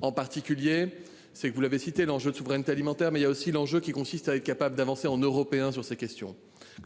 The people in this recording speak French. En particulier, c'est que vous l'avez cité, l'enjeu de souveraineté alimentaire mais il y a aussi l'enjeu qui consiste à être capable d'avancer en européen sur ces questions.